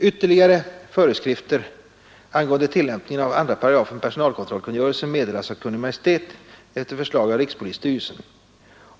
Ytterligare föreskrifter angående tillämpningen av 2 § personalkontrollkungörelsen meddelas av Kungl. Maj:t efter förslag av rikspolisstyrelsen.